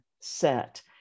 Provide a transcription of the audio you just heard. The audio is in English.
set